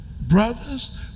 Brothers